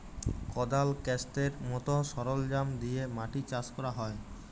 কদাল, ক্যাস্তের মত সরলজাম দিয়ে মাটি চাষ ক্যরা হ্যয়